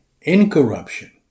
incorruption